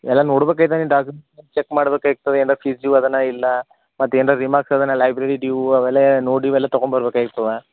ಎಲ್ಲ ನೋಡಬೇಕಾಯ್ತದ ನಿನ್ನ ಡಾಕ್ಯುಮೆಂಟ್ಸ್ ಚೆಕ್ ಮಾಡಬೇಕಾಯ್ತದೆ ಏನಾರ ಫೀಸ್ ಡ್ಯೂ ಅದನ ಇಲ್ಲಾ ಮತ್ತು ಏನ್ರಾ ರಿಮಾರ್ಕ್ಸ್ ಅದನ ಲೈಬ್ರೆರಿ ಡ್ಯೂ ಅವೆಲ್ಲ ನೋ ಡ್ಯೂ ಎಲ್ಲ ತಗೊಂಡು ಬರ್ಬೇಕಾಯ್ತದಾ